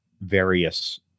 various